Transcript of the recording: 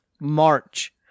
March